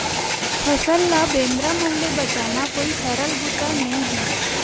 फसल ल बेंदरा मन ले बचाना कोई सरल बूता नइ हे